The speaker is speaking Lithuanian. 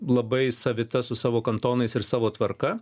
labai savita su savo kantonais ir savo tvarka